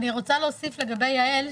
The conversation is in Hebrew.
אני רוצה להוסיף לגבי יעל,